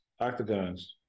octagons